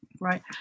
right